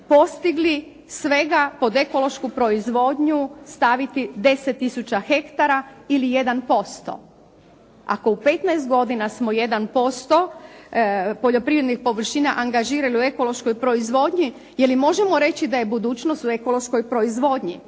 postigli svega pod ekološku proizvodnju staviti 10 tisuća hektara ili 1%. Ako u 15 godina smo 1% poljoprivrednih površina angažirali u ekološkoj proizvodnji, je li možemo reći da je budućnost u ekološkoj proizvodnji?